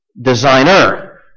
designer